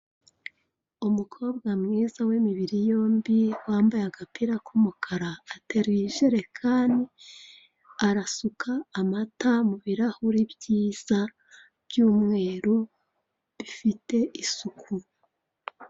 Umukobwa mwiza w'imibiri yombi wambaye agapira ku mukara ateruye ijerekani arasuka amata mu birahure byiza by'umweru bifite isuku.